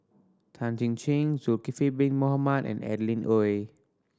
Tan Chin Chin Zulkifli Bin Mohamed and Adeline Ooi